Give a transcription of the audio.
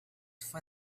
for